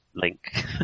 link